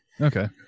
Okay